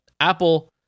Apple